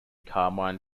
carmine